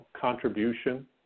contribution